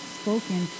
spoken